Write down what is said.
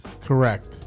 Correct